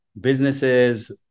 businesses